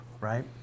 right